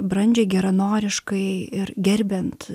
brandžiai geranoriškai ir gerbiant